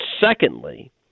secondly